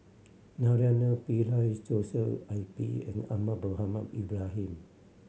Naraina Pillai Joshua I P and Ahmad Mohamed Ibrahim